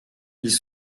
ils